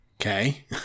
Okay